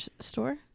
store